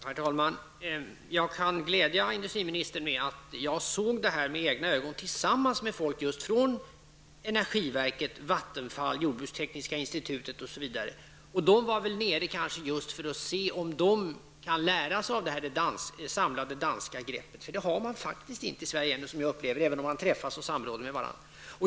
Herr talman! Jag kan glädja industriministern med beskedet att jag själv såg det här med egna ögon tillsammans med representanter för bl.a. energiverket, Vattenfall och jordbrukstekniska institutet. Dessa var nere kanske just för att se om de kan lära sig något av det samlade danska greppet. Vi har faktiskt inte det i Sverige, som jag upplever det, även om man träffas och samråder med varandra.